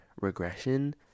regression